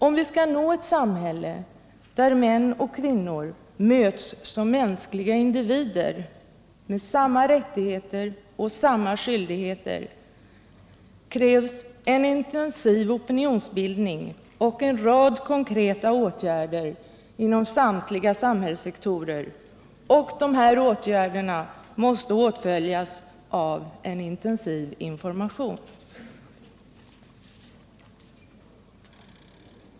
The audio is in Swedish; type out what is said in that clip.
Om vi skall uppnå ett samhälle, där män och kvinnor möts som mänskliga individer med samma rättigheter och skyldigheter, krävs en intensiv oppinionsbildning och en rad konkreta åtgärder inom samtliga samhällssektorer, åtföljda av en intensiv information.